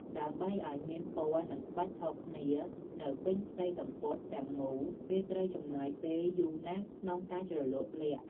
ដើម្បីឱ្យមានពណ៌និងក្បាច់ខុសគ្នានៅពេញផ្ទៃសំពត់ទាំងមូលគេត្រូវចំណាយពេលយូរណាស់ក្នុងការជ្រលក់ល័ក្ត។